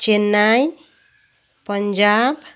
Chennai Punjab